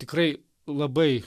tikrai labai